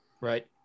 Right